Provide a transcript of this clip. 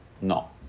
No